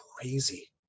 Crazy